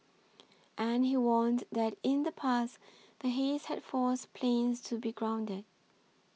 and he warned that in the past the haze had forced planes to be grounded